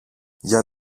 για